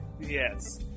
Yes